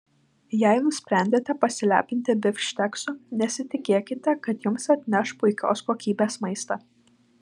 jei nusprendėte pasilepinti bifšteksu nesitikėkite kad jums atneš puikios kokybės maistą